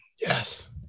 Yes